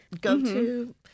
go-to